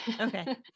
Okay